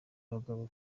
abagabo